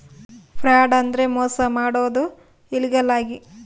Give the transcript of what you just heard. fraud ಅಂದ್ರೆ ಮೋಸ ಮಾಡೋದು ಇಲ್ಲೀಗಲ್ ಆಗಿ